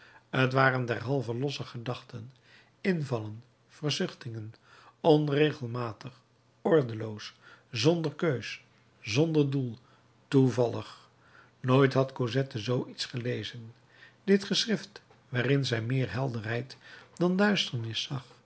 t waren derhalve losse gedachten invallen verzuchtingen onregelmatig ordeloos zonder keus zonder doel toevallig nooit had cosette zoo iets gelezen dit geschrift waarin zij meer helderheid dan duisternis zag